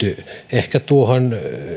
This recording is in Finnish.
ehkä tuohon